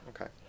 Okay